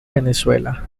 venezuela